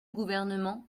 gouvernement